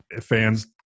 fans